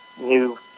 new